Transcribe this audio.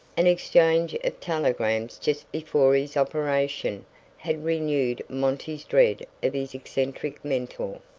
an exchange of telegrams just before his operation had renewed monty's dread of his eccentric mentor.